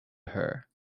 her